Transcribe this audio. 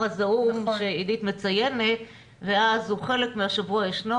הזעום שעידית מציינת ואז הוא חלק מהשבוע ישנו,